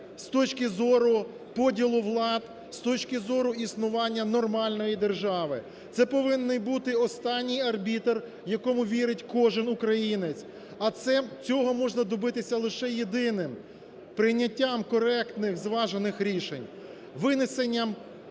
з точки зору поділу влад, з точки зору існування нормальної держави. Це повинен бути останній арбітр, якому вірить кожен українець. А цього можна добитися лише єдиним – прийняттям коректних, зважених рішень, винесенням